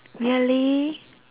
really